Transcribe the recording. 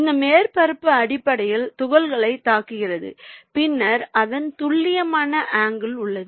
இந்த மேற்பரப்பு அடிப்படையில் துகள்களைத் தாக்குகிறது பின்னர் இதன் துல்லியமான ஆங்கில் உள்ளது